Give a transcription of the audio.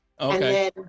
Okay